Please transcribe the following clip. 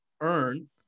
earn